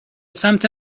سمت